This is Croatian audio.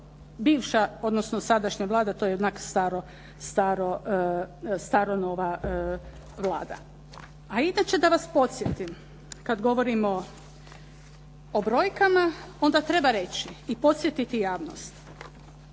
bivša, odnosno sadašnja Vlada, to je i onako staro nova Vlada. A inače da vas podsjetim kada govorim o brojkama, onda treba reći i podsjetiti javnost